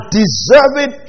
deserving